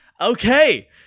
Okay